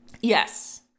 yes